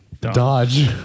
Dodge